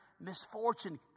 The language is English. misfortune